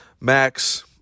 Max